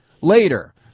later